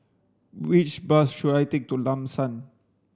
which bus should I take to Lam San